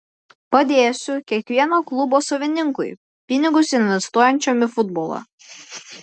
padėsiu kiekvieno klubo savininkui pinigus investuojančiam į futbolą